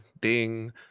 ding